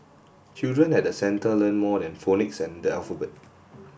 children at the centre learn more than phonics and the alphabet